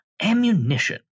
Ammunition